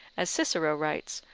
as cicero writes,